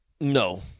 No